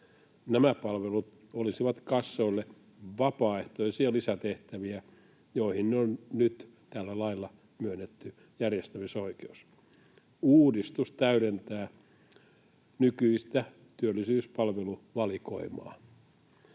Nämä palvelut olisivat kassoille vapaaehtoisia lisätehtäviä, joihin on nyt tällä lailla myönnetty järjestämisoikeus. Uudistus täydentää nykyistä työllisyyspalveluvalikoimaa.